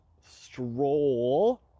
stroll